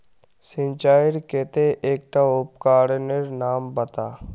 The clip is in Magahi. सिंचाईर केते एकटा उपकरनेर नाम बता?